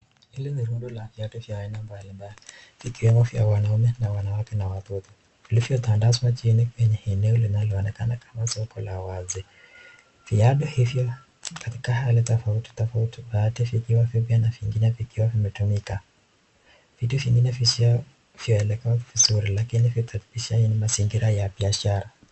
Hili ni rundo la viatu vya aina mbalimbali, vikiwemo vya wanaume na wanawake na watoto vilivyo tandazwa chini kwenye eneo linaloonekana kama soko la wazi. Viatu hivyo katika hali tofauti tofauti, baadhi vikiwa vipya na vingine vikiwa vimetumika. Vitu vingine visio vyaelekea vizuri lakini picha ni ya mazingira ya biashara.